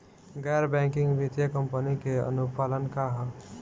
गैर बैंकिंग वित्तीय कंपनी के अनुपालन का ह?